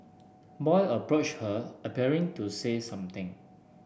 boy approached her appearing to say something